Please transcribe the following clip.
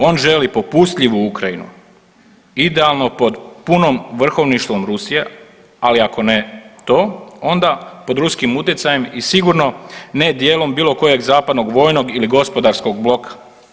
On želi popustljivu Ukrajinu, idealno pod punom vrhovništvom Rusije, ali ako ne to, onda pod ruskim utjecajem i sigurno ne dijelom bilo kojeg zapadnog vojnog ili gospodarskog bloka.